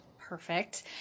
Perfect